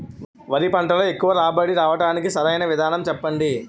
వరి పంటలో ఎక్కువ రాబడి రావటానికి సరైన విధానం చెప్పండి?